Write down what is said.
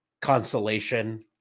consolation